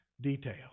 detail